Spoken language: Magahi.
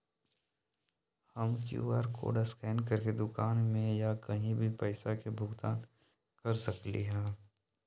हम कियु.आर कोड स्कैन करके दुकान में या कहीं भी पैसा के भुगतान कर सकली ह?